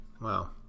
Wow